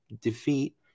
defeat